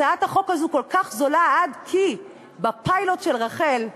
הצעת החוק הזאת כל כך זולה עד כי בפיילוט של רח"ל,